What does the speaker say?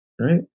right